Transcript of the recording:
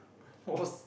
horse